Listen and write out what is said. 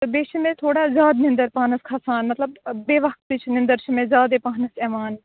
تہٕ بیٚیہِ چھُ مےٚ تھوڑا زیادٕ نِندٕر پانس کَھسان مطلب بے وَقتٕچ نِندٕر چھِ مےٚ زیادٕے پہنتھ یوان